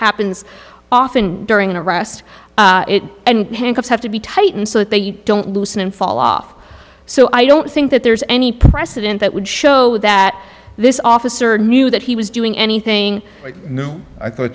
happens often during an arrest and handcuffs have to be tightened so that they don't loosen and fall off so i don't think that there's any precedent that would show that this officer knew that he was doing anything